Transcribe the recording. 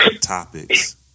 topics